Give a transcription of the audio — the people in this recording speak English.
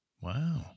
Wow